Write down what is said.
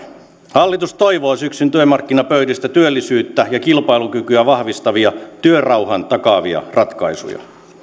hallitus toivoo syksyn työmarkkinapöydistä työllisyyttä ja kilpailukykyä vahvistavia työrauhan takaavia ratkaisuja